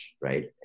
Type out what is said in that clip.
Right